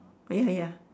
ya ya